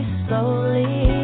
slowly